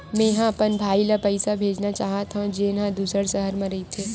मेंहा अपन भाई ला पइसा भेजना चाहत हव, जेन हा दूसर शहर मा रहिथे